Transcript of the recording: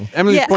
i mean, yeah